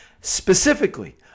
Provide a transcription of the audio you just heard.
specifically